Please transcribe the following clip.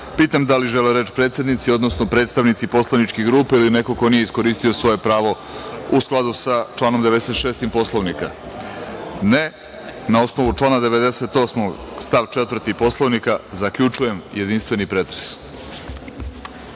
pitam da li žele reč predsednici, odnosno predstavnici poslaničkih grupa ili neko ko nije iskoristio svoje pravo u skladu sa članom 96. Poslovnika? (Ne.)Na osnovu člana 98. stav 4. Poslovnika zaključujem jedinstveni pretres. Saglasno